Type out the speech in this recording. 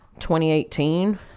2018